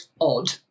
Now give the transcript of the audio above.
odd